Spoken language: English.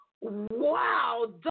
wow